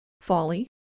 Folly